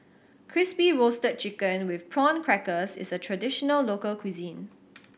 Crispy Roasted Chicken with Prawn Crackers is a traditional local cuisine